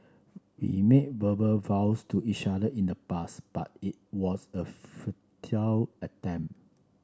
we made verbal vows to each other in the past but it was a futile attempt